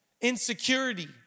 insecurity